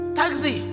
taxi